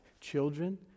Children